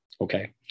Okay